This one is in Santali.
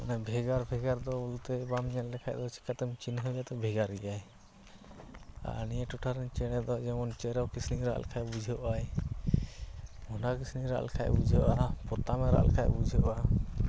ᱵᱷᱮᱜᱟᱨ ᱵᱷᱮᱜᱟᱨᱫᱚ ᱵᱚᱞᱛᱮ ᱵᱟᱢ ᱧᱮᱞ ᱞᱮᱠᱷᱟᱱ ᱫᱚ ᱪᱮᱠᱟᱛᱮᱢ ᱪᱤᱱᱦᱟᱹᱯᱮᱛᱮ ᱵᱷᱮᱜᱟᱨ ᱜᱮᱭᱟᱭ ᱟᱨ ᱱᱤᱭᱟᱹ ᱴᱚᱴᱷᱟᱨᱮᱱ ᱪᱮᱬᱮᱫᱚ ᱡᱮᱢᱚᱱ ᱪᱮᱨᱚ ᱠᱤᱥᱱᱤᱠᱚ ᱨᱟᱜ ᱞᱮᱠᱷᱟᱱ ᱵᱩᱡᱷᱟᱹᱜᱼᱟᱭ ᱵᱷᱚᱸᱫᱟ ᱠᱤᱥᱱᱤᱭ ᱨᱟᱜ ᱞᱮᱠᱷᱟᱱ ᱵᱩᱡᱷᱟᱹᱜᱟ ᱯᱚᱛᱟᱢᱮ ᱨᱟᱜ ᱞᱮᱠᱷᱟᱱ ᱵᱩᱡᱷᱟᱹᱜᱼᱟ